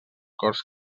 corts